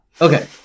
Okay